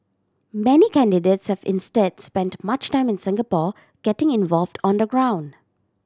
many candidates have instead spent much time in Singapore getting involved on the ground